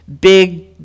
big